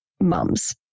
mums